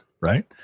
right